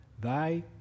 Thy